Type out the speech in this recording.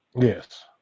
Yes